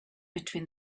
between